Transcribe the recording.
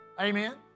amen